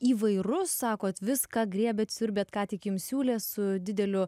įvairus sakot viską griebėt siurbėt ką tik jums siūlė su dideliu